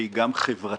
והיא גם חברתית